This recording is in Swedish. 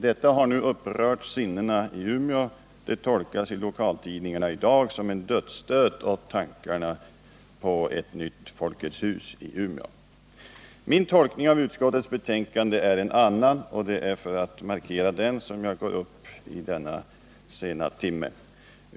Det har nu upprört sinnena i Umeå, och det tolkas i lokaltidningarna i dag som en dödsstöt för tankarna på ett nytt Folkets hus i Umeå. Min tolkning av utskottets skrivning är en annan, och det är för att markera det som jag tar till orda i detta sena skede.